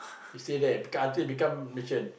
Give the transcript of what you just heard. he stay there become until become Malaysian